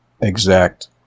exact